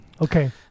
Okay